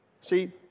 See